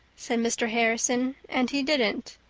said mr. harrison, and he didn't.